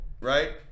right